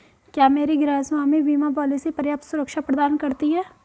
क्या मेरी गृहस्वामी बीमा पॉलिसी पर्याप्त सुरक्षा प्रदान करती है?